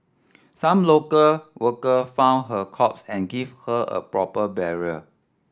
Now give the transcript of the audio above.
some local worker found her corpse and gave her a proper burial